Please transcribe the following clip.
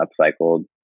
upcycled